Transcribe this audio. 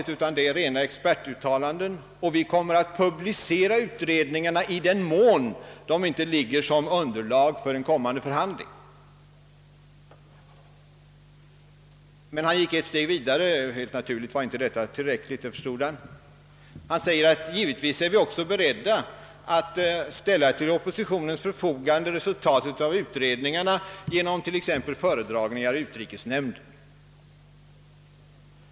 Det är då fråga om rena expertuttalanden, och vi kommer att publicera utredningarna i den mån de inte ligger som underlag för en kommande förhandling. Han förstod emellertid att detta inte var tillräckligt, varför han tillade att han också är beredd att ställa till oppositionens förfogande resultatet av utredningarna genom exempelvis föredragningar i utrikesnämnden.